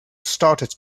started